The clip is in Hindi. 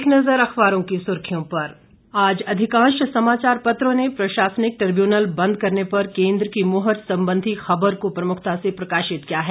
एक नज़र अखबारों की सुर्खियों पर आज अधिकांश समाचार पत्रों ने प्रशासनिक ट्रिब्यूनल बंद करने पर केंद्र की मुहर संबंधी खबर को प्रमुखता से प्रकाशित किया है